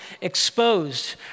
exposed